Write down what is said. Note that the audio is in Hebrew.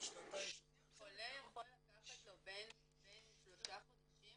לחולה יכול לקחת בין שלושה חודשים